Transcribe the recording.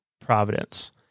Providence